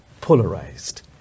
polarized